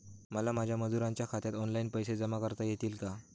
मला माझ्या मजुरांच्या खात्यात ऑनलाइन पैसे जमा करता येतील का?